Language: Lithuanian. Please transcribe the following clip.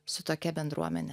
su tokia bendruomene